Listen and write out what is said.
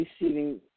receiving